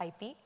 IP